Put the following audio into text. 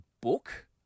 Book